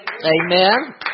Amen